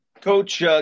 Coach